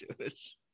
Jewish